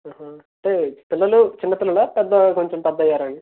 అంటే పిల్లలు చిన్న పిల్లలా పెద్ద కొంచెం పెద్దయ్యారా అండీ